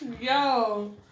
Yo